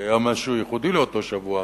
כי היה משהו ייחודי באותו שבוע,